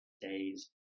days